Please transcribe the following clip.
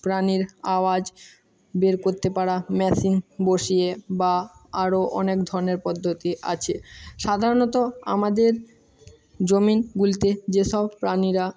প্রাণীর আওয়াজ বের করতে পারা মেশিন বসিয়ে বা আরো অনেক ধরনের পদ্ধতি আছে সাধারণত আমাদের জমিনগুলিতে যেসব প্রাণীরা